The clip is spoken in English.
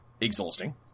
exhausting